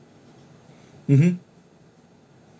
mm hmm